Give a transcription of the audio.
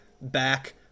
back